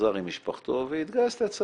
חזר עם משפחתו והתגייס לצה"ל,